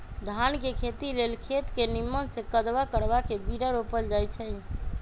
धान के खेती लेल खेत के निम्मन से कदबा करबा के बीरा रोपल जाई छइ